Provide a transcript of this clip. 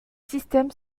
systèmes